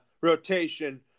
rotation